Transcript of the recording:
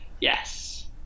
Yes